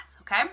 okay